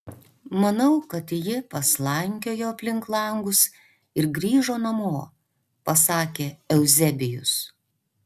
manau kad ji paslankiojo aplink langus ir grįžo namo pasakė euzebijus